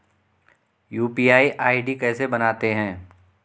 UPI ID कैसे बनाते हैं?